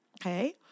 okay